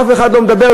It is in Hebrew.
אף אחד לא מדבר,